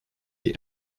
the